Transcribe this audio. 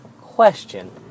Question